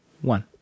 one